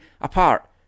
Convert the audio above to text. apart